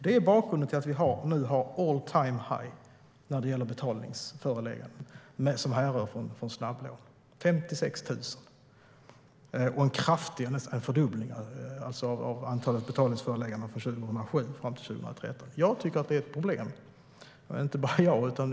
Det är bakgrunden till att vi nu har all-time-high när det gäller betalningsförelägganden som härrör från snabblån - 56 000 - vilket alltså är en fördubbling av antalet betalningsförelägganden från 2007 fram till 2013. Jag tycker att detta är ett problem, och inte bara jag.